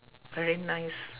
very nice